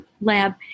lab